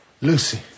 Lucy